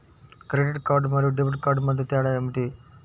Credit card మరియు debit card మధ్య తేడా ఏమిటి?